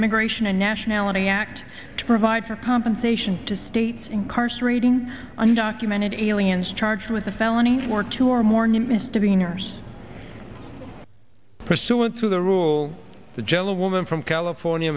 immigration and nationality act to provide for compensation to states incarcerating undocumented aliens charged with a felony or two or more new misdemeanors pursuant to the rule the jello woman from california